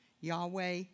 Yahweh